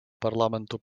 парламенту